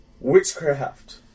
Witchcraft